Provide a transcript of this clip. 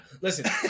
Listen